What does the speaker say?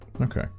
Okay